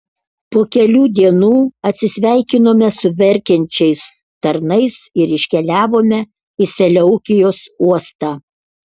po kelių dienų atsisveikinome su verkiančiais tarnais ir iškeliavome į seleukijos uostą